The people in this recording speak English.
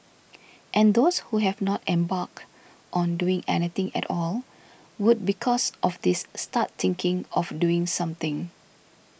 and those who have not embarked on doing anything at all would because of this start thinking of doing something